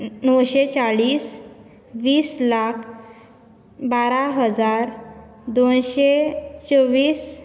णवशें चाळीस वीस लाख बारा हजार दोनशे चोवीस